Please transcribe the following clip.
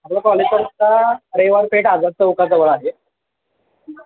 आपलं कॉलेज पत्ता रविवारपेठ आझाद चौकाजवळ आहे